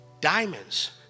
Diamonds